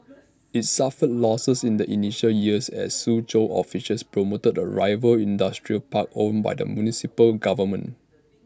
IT suffered losses in the initial years as Suzhou officials promoted A rival industrial park owned by the municipal government